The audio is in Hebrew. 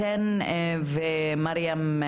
אתן ומרים,